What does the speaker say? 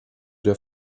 der